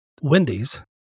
Wendy's